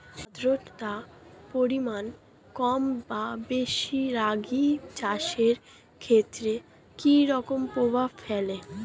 আদ্রতার পরিমাণ কম বা বেশি রাগী চাষের ক্ষেত্রে কি রকম প্রভাব ফেলে?